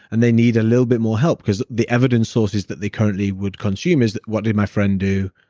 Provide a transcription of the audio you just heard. and they need a little bit more help cause the evidence sources that they currently would consume is what did my friend do,